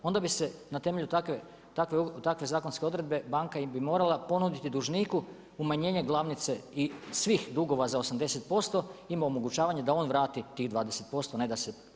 Onda bi se na temelju takve zakonske odredbe, banka im bi morala ponuditi dužniku umanjenje glavnice i svih dugova za 80%, ima omogućavanje da on vrati tih 20%, a ne da se ovo proda.